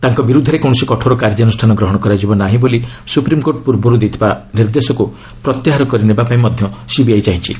ତାଙ୍କ ବିରୁଦ୍ଧରେ କୌଣସି କଠୋର କାର୍ଯ୍ୟାନୁଷ୍ଠାନ ଗ୍ରହଣ କରାଯିବ ନାହିଁ ବୋଲି ସୁପ୍ରିମ୍କୋର୍ଟ ପୂର୍ବରୁ ଦେଇଥିବା ନିର୍ଦ୍ଦେଶକୁ ପ୍ରତ୍ୟାହାର କରିନେବା ପାଇଁ ମଧ୍ୟ ସିବିଆଇ ଚାହିଁଛି